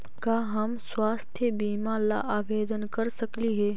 का हम स्वास्थ्य बीमा ला आवेदन कर सकली हे?